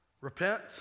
repent